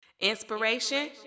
Inspiration